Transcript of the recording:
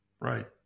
Right